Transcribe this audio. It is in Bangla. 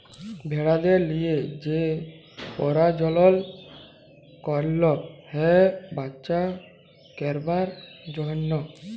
ভেড়াদের লিয়ে যে পরজলল করল হ্যয় বাচ্চা করবার জনহ